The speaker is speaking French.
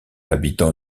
habitant